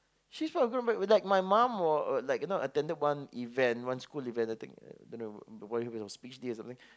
she spoke with poor grammar like my mom were uh like you know attended one event one school event I think don't know the probably because of speech day or something